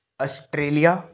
Australia